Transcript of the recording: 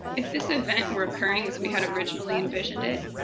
if this event were occurring as we had originally envisioned it,